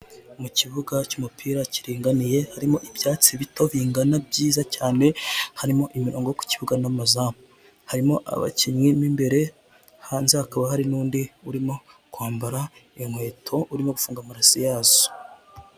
Mu kibuga cy'umupira kiringaniye, harimo ibyatsi bito bingana byiza cyane, harimo imirongo yo ku kibuga n'amazamu. Harimo abakinnyi mw'imbere hanze hakaba hari n'undi urimo kwambara inkweto, urimo gufunga amarase yazo.